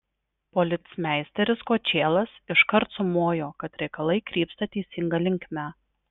policmeisteris kočėlas iškart sumojo kad reikalai krypsta teisinga linkme